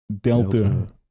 delta